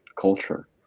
culture